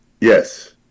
Yes